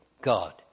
God